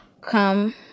come